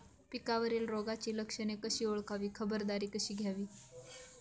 पिकावरील रोगाची लक्षणे कशी ओळखावी, खबरदारी कशी घ्यावी?